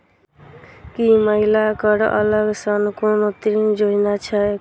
की महिला कऽ अलग सँ कोनो ऋण योजना छैक?